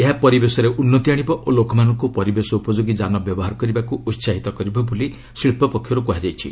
ଏହା ପରିବେଶରେ ଉନ୍ନତି ଆଣିବ ଓ ଲୋକମାନଙ୍କୁ ପରିବେଶ ଉପଯୋଗୀ ଯାନ ବ୍ୟବହାର କରିବାକୁ ଉସାହିତ କରିବ ବୋଲି ଶିଳ୍ପ ପକ୍ଷରୁ କୁହାଯାଇଛି